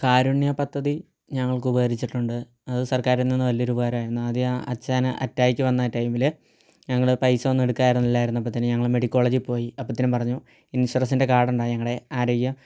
കാരുണ്യ പദ്ധതി ഞങ്ങൾക്കുപകരിച്ചിട്ടുണ്ട് അത് സർക്കാരിൽ നിന്ന് നല്ലൊരു ഉപകാരമായിരുന്നു ആദ്യം അച്ഛന് അറ്റായ്ക്ക് വന്ന ടൈമിൽ ഞങ്ങൾ പൈസ ഒന്നും എടുക്കാൻ ഇല്ലായിരുന്നു അപ്പോൾ തന്നെ ഞങ്ങൾ മെഡിക്കൽ കോളേജിൽ പോയി അപ്പോഴത്തേനും പറഞ്ഞു ഇൻഷുറൻസിന്റെ കാർഡുണ്ടായി ഞങ്ങളുടെ ആരോഗ്യ